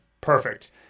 perfect